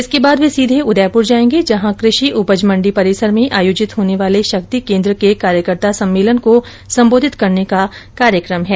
इसके बाद वे सीघे उदयपुर जायेंगे जहां कृषि उपज मंडी परिसर में आयोजित होने वाले शक्ति केन्द्र के कार्यकर्ता सम्मेलन को संबोधित करने का कार्यक्रम है